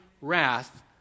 wrath